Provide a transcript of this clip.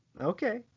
Okay